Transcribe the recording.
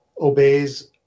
obeys